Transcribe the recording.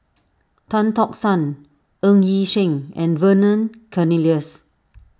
Tan Tock San Ng Yi Sheng and Vernon Cornelius